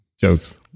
Jokes